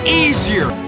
easier